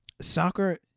soccer